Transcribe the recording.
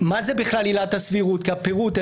מה זה בכלל עילת הסבירות, הפירוט.